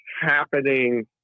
happening